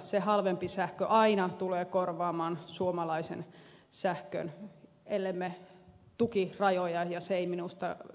se halvempi sähkö aina tulee korvaamaan suomalaisen sähkön ellemme tuki rajoja ja se ei